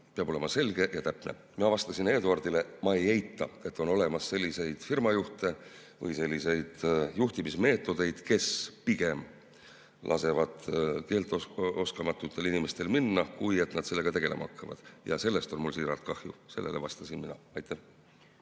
Peab olema selge ja täpne. Mina vastasin Eduardile, et ma ei eita, et on olemas selliseid firmajuhte või selliseid juhtimismeetodeid, et pigem lastakse keeleoskamatutel inimestel minna, kui et sellega tegelema hakatakse. Sellest on mul siiralt kahju. Nii vastasin mina. Suur